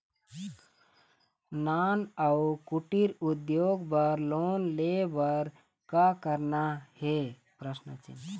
नान अउ कुटीर उद्योग बर लोन ले बर का करना हे?